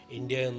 India